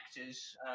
actors